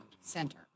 center